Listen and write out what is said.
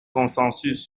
consensus